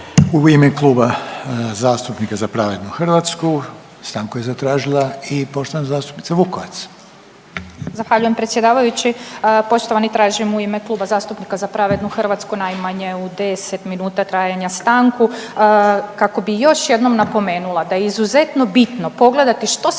U ime Kluba zastupnika Za pravednu Hrvatsku stanku je zatražila i poštovana zastupnica Vukovac. **Vukovac, Ružica (Nezavisni)** Zahvaljujem predsjedavajući. Poštovani tražim u ime Kluba zastupnika Za pravednu Hrvatsku najmanje u deset minuta trajanja stanku kako bi još jednom napomenula da je izuzetno bitno pogledati što se